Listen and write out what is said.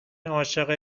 عاشق